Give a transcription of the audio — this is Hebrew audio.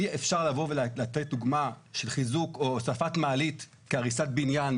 אי אפשר לבוא ולתת דוגמה של חיזוק או הוספת מעלית כהריסת בניין.